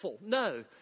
No